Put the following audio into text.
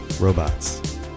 Robots